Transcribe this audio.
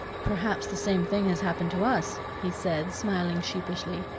perhaps the same thing has happened to us, he said, smiling sheepishly.